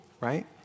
right